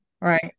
Right